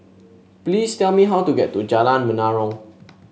please tell me how to get to Jalan Menarong